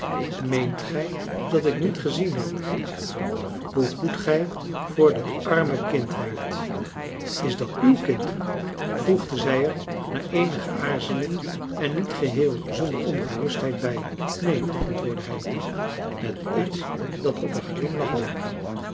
meent gij dat ik niet gezien heb hoe goed gij voor dat arme kind waart is dat w kind voegde zij er na eenige aarzeling en niet geheel zonder ongerustheid bij neen antwoordde hij met iets dat op een glimlach leek